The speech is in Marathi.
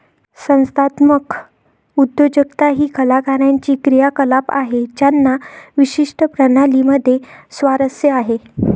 संस्थात्मक उद्योजकता ही कलाकारांची क्रियाकलाप आहे ज्यांना विशिष्ट प्रणाली मध्ये स्वारस्य आहे